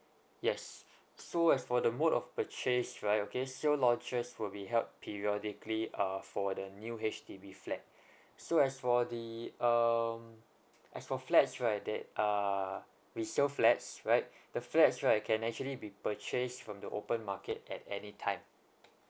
yes so as for the mode of purchase right okay sale launches will be held periodically uh for the new H_D_B flat so as for the um as for flats right that are resale flats right the flats right can actually be purchased from the open market at any time